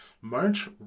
March